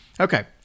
Okay